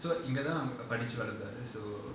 so இங்கதாபடிச்சுவளந்தாரு:inkatha padichu valanthaaru so